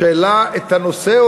הראשון שהעלה את הנושא.